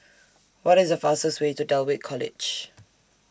What IS The fastest Way to Dulwich College